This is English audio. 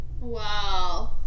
Wow